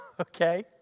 Okay